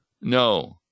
No